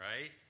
Right